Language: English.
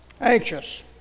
Anxious